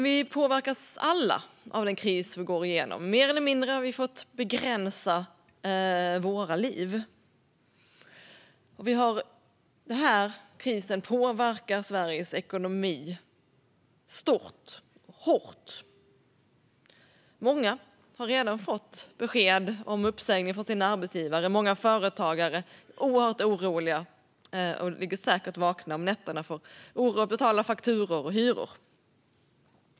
Vi påverkas alla av den kris vi går igenom. Mer eller mindre har vi fått begränsa våra liv. Denna kris påverkar Sveriges ekonomi hårt. Många har redan fått besked om uppsägning från sin arbetsgivare. Många företagare är oerhört oroliga och ligger säkert vakna om nätterna av oro för att inte kunna betala fakturor och hyror.